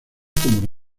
como